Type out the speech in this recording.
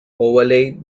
overlay